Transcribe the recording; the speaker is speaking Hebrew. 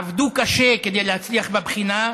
עבדו קשה כדי להצליח בבחינה,